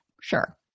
Sure